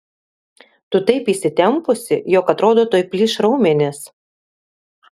tu taip įsitempusi jog atrodo tuoj plyš raumenys